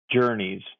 Journeys